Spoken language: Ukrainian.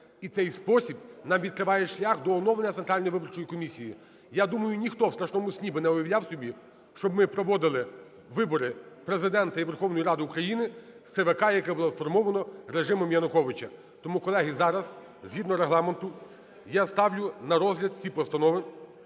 І цей спосіб нам відкриває шлях до оновлення Центральної виборчої комісії. Я думаю, ніхто в страшному сні не уявляв би собі, щоб ми проводили вибори Президента і Верховної Ради України з ЦВК, яка була сформована режимом Януковича. Тому, колеги, зараз згідно Регламенту я ставлю на розгляд ці постанови.